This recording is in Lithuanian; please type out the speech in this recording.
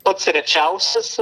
pats rečiausias